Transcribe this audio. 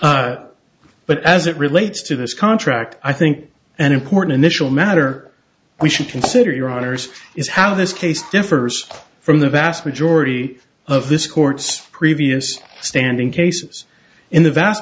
but as it relates to this contract i think an important initial matter we should consider your honour's is how this case differs from the vast majority of this court's previous standing cases in the vast